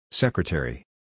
Secretary